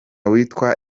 witwa